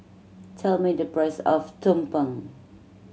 tell me the price of tumpeng